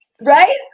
Right